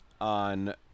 on